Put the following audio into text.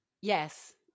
Yes